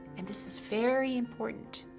and this is very important,